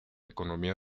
economía